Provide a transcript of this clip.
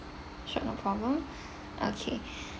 sure no problem okay